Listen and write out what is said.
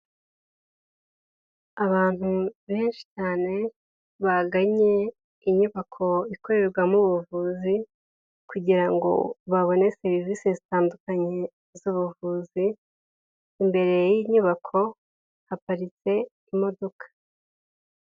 Abantu benshi cyane, bagannye inyubako ikorerwamo ubuvuzi, kugirango babone serivisi zitandukanye z'ubuvuzi, imbere y'inyubako haparitse imodoka.